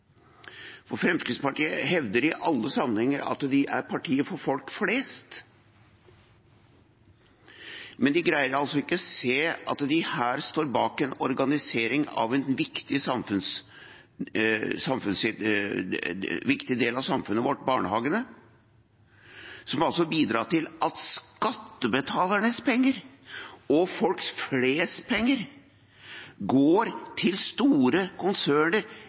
Fremskrittspartiet hevder i alle sammenhenger at de er partiet for folk flest, men de greier altså ikke å se at de her står bak en organisering av en viktig del av samfunnet vårt, barnehagene, som bidrar til at skattebetalernes penger og pengene folk flest går til store konserner